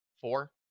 four